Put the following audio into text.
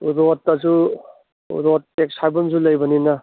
ꯔꯣꯠꯇꯁꯨ road tax ꯍꯥꯏꯕ ꯑꯃꯁꯨ ꯂꯩꯕꯅꯤꯅ